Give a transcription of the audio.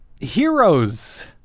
Heroes